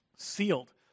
Sealed